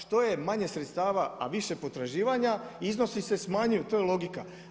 Što je manje sredstava, a više potraživanja iznosi se smanjuju, to je logika.